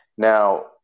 Now